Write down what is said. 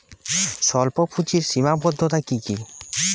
স্বল্পপুঁজির সীমাবদ্ধতা কী কী?